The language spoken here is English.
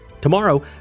Tomorrow